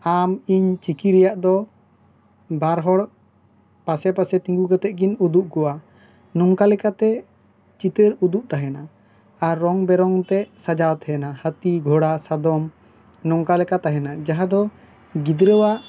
ᱟᱢ ᱤᱧ ᱪᱤᱠᱤ ᱨᱮᱭᱟᱜ ᱫᱚ ᱵᱟᱨ ᱦᱚᱲ ᱯᱟᱥᱮ ᱯᱟᱥᱮ ᱛᱤᱸᱜᱩ ᱠᱟᱛᱮᱜ ᱠᱤᱱ ᱩᱫᱩᱜ ᱠᱚᱜᱼᱟ ᱱᱚᱝᱠᱟ ᱞᱮᱠᱟᱛᱮ ᱪᱤᱛᱟᱹᱨ ᱩᱫᱩᱜ ᱛᱟᱦᱮᱱᱟ ᱟᱨ ᱨᱚᱝ ᱵᱮᱨᱚᱝ ᱛᱮ ᱥᱟᱡᱟᱣ ᱛᱟᱦᱮᱱᱟ ᱦᱟᱹᱛᱤ ᱜᱷᱚᱲᱟ ᱥᱟᱫᱚᱢ ᱱᱚᱝᱠᱟ ᱞᱮᱠᱟ ᱛᱟᱦᱮᱱᱟ ᱡᱟᱦᱟᱸ ᱫᱚ ᱜᱤᱫᱽᱨᱟᱹᱣᱟᱜ